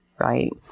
right